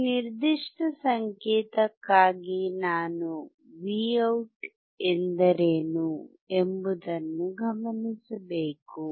ಈ ನಿರ್ದಿಷ್ಟ ಸಂಕೇತಕ್ಕಾಗಿ ನಾನು Vout ಎಂದರೇನು ಎಂಬುದನ್ನು ಗಮನಿಸಬೇಕು